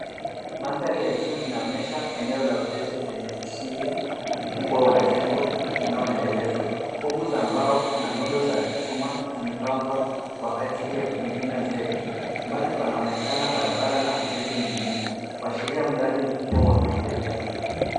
Mandhari ya juu inaonyesha eneo la ujenzi lenye misingi mkubwa wa jengo unaoendelezwa. Fomu za mbao na nondo za chuma zimepangwa kwa ajili ya kumimina zege. Mbali panaonekana barabara na ujenzi mwingine kuashiria mradi mkubwa wa maendeleo.